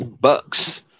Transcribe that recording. Bucks